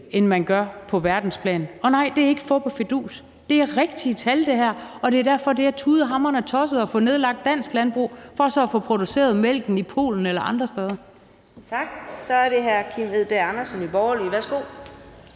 end man gør på verdensplan. Og nej, det er ikke fup og fidus. Det her er rigtige tal, og det er derfor, det er tudehamrende tosset at få nedlagt dansk landbrug for så at få produceret mælken i Polen eller andre steder. Kl. 14:38 Fjerde næstformand (Karina